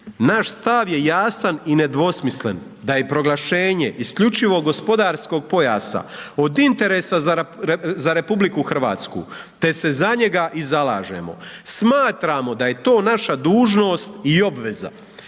„Naš stav je jasan i nedvosmislen da je proglašenje isključivog gospodarskog pojasa od interesa za RH, te se za njega i zalažemo. Smatramo da je to naša dužnost i obveza.